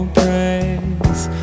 praise